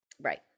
Right